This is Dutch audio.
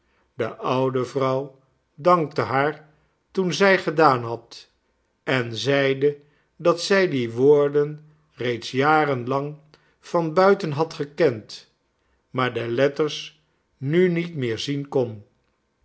de oude vrouw dankte haar toen zij gedaan had en zeide dat zij die woorden reeds jaren lang van buiten had gekend maar de letters nu niet meer zien kon